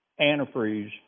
antifreeze